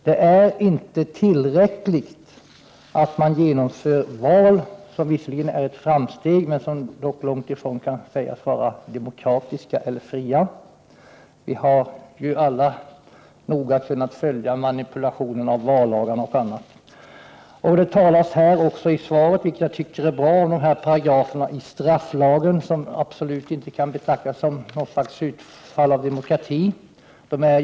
Det är inte tillräckligt att genomföra val, som visserligen är framsteg men som dock långt ifrån kan sägas vara demokratiska eller fria. Vi har alla noga kunnat följa manipulationen av vallagarna och annat. Det talas också i svaret om de paragrafer i strafflagen som absolut inte kan betraktas som något utslag av demokrati, och det är bra.